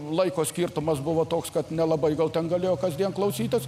laiko skirtumas buvo toks kad nelabai gal ten galėjo kasdien klausytis